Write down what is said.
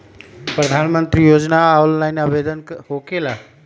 प्रधानमंत्री योजना ऑनलाइन आवेदन होकेला?